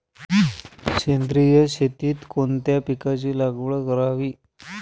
सेंद्रिय शेतीत कोणत्या पिकाची लागवड करावी?